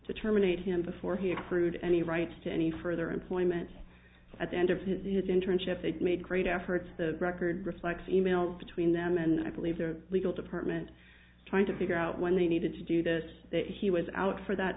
to terminate him before he accrued any rights to any further employment at the end of his internship they made great efforts the record reflects e mails between them and i believe the legal department trying to figure out when they needed to do this that he was out for that